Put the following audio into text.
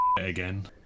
again